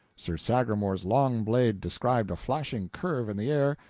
sir sagramor's long blade described a flashing curve in the air,